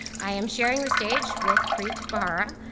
i am sharing the stage with preet bharara,